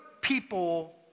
people